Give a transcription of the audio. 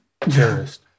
Terrorist